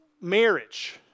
marriage